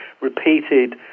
repeated